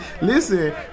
listen